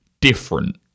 different